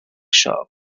shop